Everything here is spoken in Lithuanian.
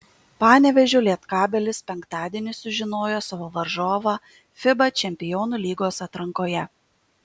panevėžio lietkabelis penktadienį sužinojo savo varžovą fiba čempionų lygos atrankoje